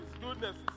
goodness